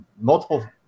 multiple